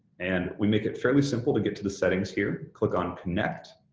and we make it fairly simple to get to the settings here, click on connect,